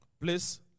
Please